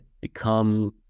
become